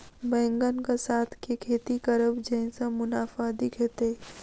बैंगन कऽ साथ केँ खेती करब जयसँ मुनाफा अधिक हेतइ?